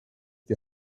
die